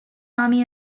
army